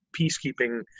peacekeeping